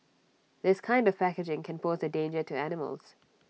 this kind of packaging can pose A danger to animals